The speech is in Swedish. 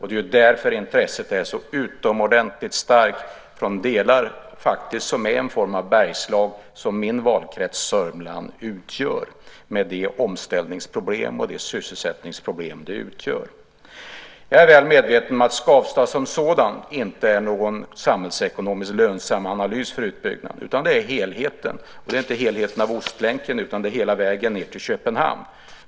Det är ju därför intresset är så utomordentligt starkt från delar som faktiskt är en form av bergslag som min valkrets, Sörmland, utgör med de omställnings och sysselsättningsproblem som finns. Jag är väl medveten om att Skavsta flygplats som sådan inte är lönsam för utbyggnad enligt någon samhällsekonomisk analys, utan det gäller helheten, och då menar jag inte bara helheten vad gäller Ostlänken utan hela vägen ned till Köpenhamn.